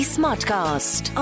Smartcast